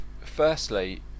Firstly